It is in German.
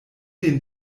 den